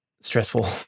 stressful